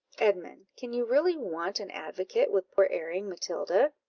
edmund, can you really want an advocate with poor erring matilda?